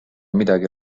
midagi